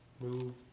move